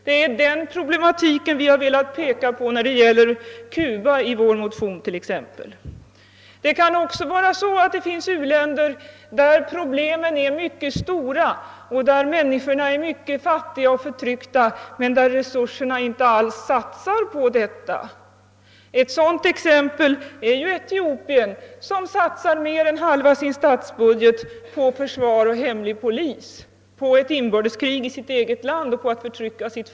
Det är den problematiken vi har velat fästa uppmärksamheten på, t.ex. i vår motion när det gäller Cuba. Det finns också u-länder där problemen är mycket stora och där människorna är mycket fattiga och förtryckta men där resurserna inte alls satsas på att lösa dessa problem. Ett sådant exempel är Etiopien, som satsar mer än halva sin statsbudget på försvar och hemlig polis, på ett inbördeskrig i det egna landet och på att förtrycka folket.